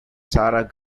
sarah